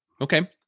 Okay